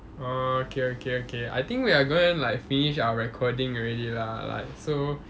orh okay okay okay I think they are going to like finish our recording already lah like so